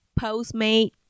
Postmate